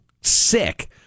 sick